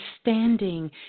standing